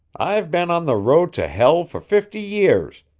i've been on the road to hell for fifty years,